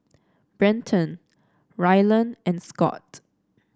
Brenton Ryland and Scot